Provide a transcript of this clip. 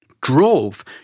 drove